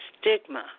stigma